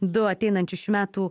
du ateinančius šių metų